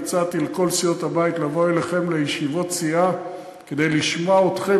אני הצעתי לכל סיעות הבית לבוא אליכם לישיבות הסיעה כדי לשמוע אתכם